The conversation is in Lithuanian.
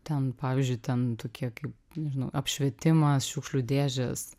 ten pavyzdžiui ten tokie kaip nežinau apšvietimas šiukšlių dėžės